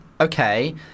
okay